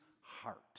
heart